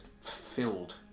filled